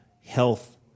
health